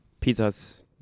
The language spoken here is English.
pizzas